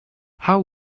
how